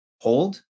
hold